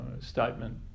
statement